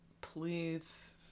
Please